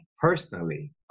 personally